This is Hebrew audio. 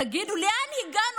תגידו, לאן הגענו?